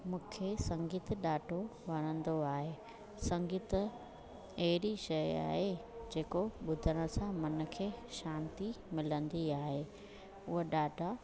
मूंखे संगीत ॾाढो वणंदो आहे संगीत अहिड़ी शइ आहे जेको ॿुधण सां मन खे शांती मिलंदी आहे उहे ॾाढा